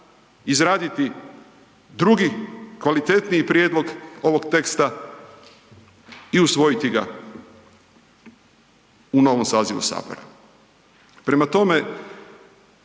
izraditi drugi kvalitetniji prijedlog ovog teksta i usvojiti ga u novom sazivu sabora. Prema tome,